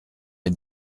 est